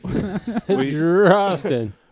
Justin